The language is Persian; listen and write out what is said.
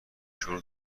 شغل